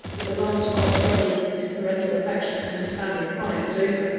that the last hard struggle between his parental affection and his family pride was over,